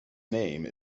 name